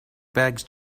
bags